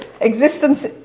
existence